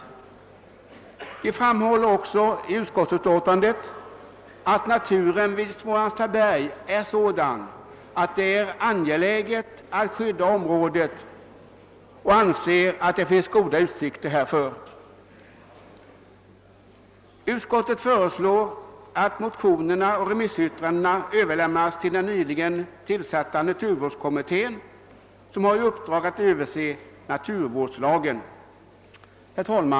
Utskottet framhåller också i sitt utlåtande, att naturen vid Smålands Taberg är sådan att det är angeläget att skydda området, och anser att det finns goda utsikter härtill. Utskottet föreslår att motionerna och remissyttrandena överlämnas till den nyligen tillsatta naturvårdskommittén, som har i uppdrag att överse naturvårdslagen.